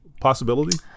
possibility